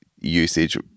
usage